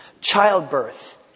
Childbirth